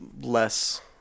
less